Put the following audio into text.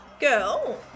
girl